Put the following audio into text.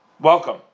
welcome